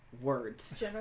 words